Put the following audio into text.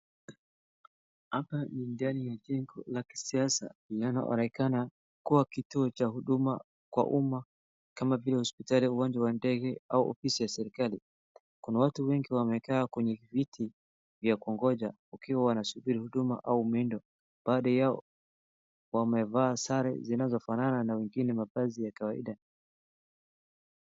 Hapa ni ndani ya jengo la kisasa linaloonekana kuwa kituo cha huduma kwa umma, kama vile hospitali, uwanja wa ndege au ofisi ya serikali. Kuna watu wengi wamekaa kwenye viti vya kungoja, wakiwa wanasubiri huduma au miendo. Baadhi yao wamevaa sare zinazofanana na wengine mavazi ya kawaida.